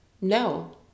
no